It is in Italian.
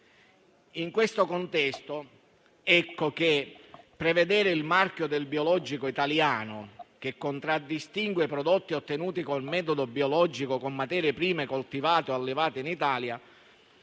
In questo contesto, ecco che prevedere il marchio del biologico italiano, che contraddistingue i prodotti ottenuti con metodo biologico con materie prime coltivate o allevate in Italia,